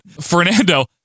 Fernando